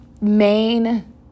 main